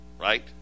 right